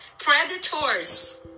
predators